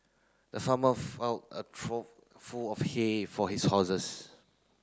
the farmer a trough full of hay for his horses